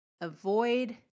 avoid